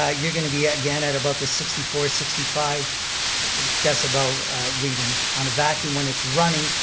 ah you're going to be again at about the sixty four, sixty five decibel reading on a vacuum when it's running.